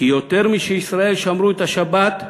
"כי יותר משישראל שמרו את השבת,